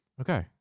Okay